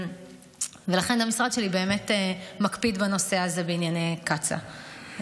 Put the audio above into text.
ולכן המשרד שלי באמת מקפיד בנושא הזה בענייני קצא"א.